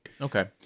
okay